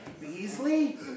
Beasley